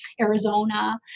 Arizona